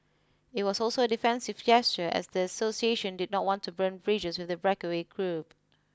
it was also a defensive gesture as the association did not want to burn bridges with the breakaway group